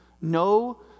No